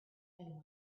then